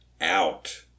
out